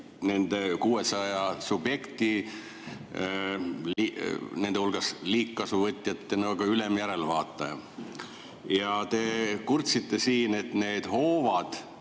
nende 600 subjekti hulgas liigkasuvõtjate nagu ülemjärelevaataja. Te kurtsite siin, et need hoovad